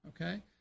okay